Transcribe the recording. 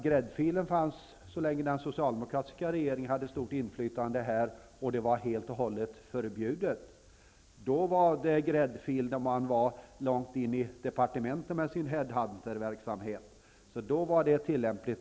Gräddfilen fanns nämligen så länge den socialdemokratiska regeringen hade stort inflytande och detta var helt och hållet förbjudet. Då fanns det en gräddfil som innebar att man var långt inne i departementet med sin head hunterverksamhet. Då var ett sådant omdöme tillämpligt.